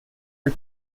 are